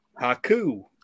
Haku